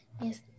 Yes